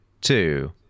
two